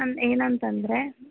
ಅಂದೆ ಏನಂತಂದರೆ